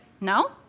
No